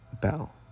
bell